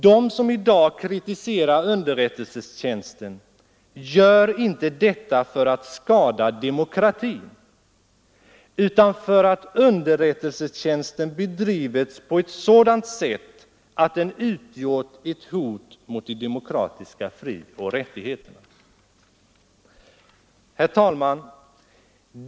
De som i dag kritiserar underrättelsetjänsten gör inte detta för att skada demokratin utan för att underrättelsetjänsten bedrivits på ett sådant sätt att den utgjort ett hot mot de demokratiska frioch rättigheterna. Herr talman!